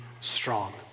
strong